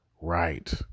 right